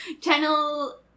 Channel